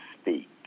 speak